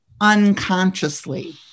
unconsciously